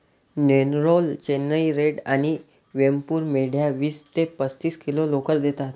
Nellore, Chennai red आणि वेमपूर मेंढ्या वीस ते पस्तीस किलो लोकर देतात